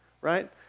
right